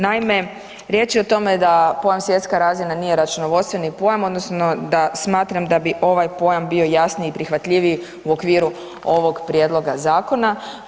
Naime, riječ je o tome da pojam „svjetska razina“ nije računovodstveni pojam odnosno da smatram da bi ovaj pojam bio jasniji i prihvatljiviji u okviru ovog prijedloga zakona.